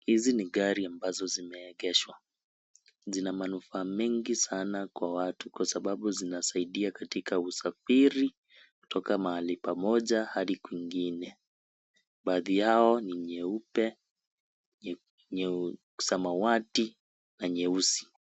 Hizi ni gari ambazo zimeegeshwa. Zina manufaa mengi sana kwa watu kwa sababu zinasaidia katika usafiri kutoka mahali pamoja hadi kwingine. Baadhi yao ni nyeupe, samawati, na nyeusi.